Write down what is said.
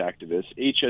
activists